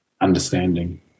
Understanding